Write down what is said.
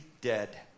dead